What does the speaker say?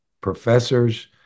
professors